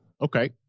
Okay